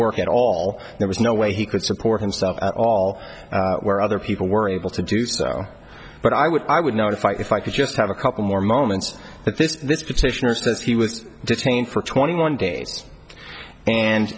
work at all there was no way he could support himself at all where other people were able to do so but i would i would notify if i could just have a couple more moments but this this petitioner says he was detained for twenty one day